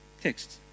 text